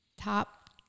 top